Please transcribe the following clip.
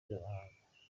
z’amahanga